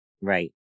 Right